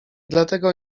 dlatego